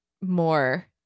more